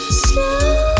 slow